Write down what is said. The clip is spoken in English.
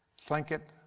flank it,